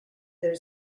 their